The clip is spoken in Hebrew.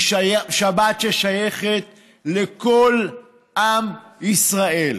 היא שבת ששייכת לכל עם ישראל,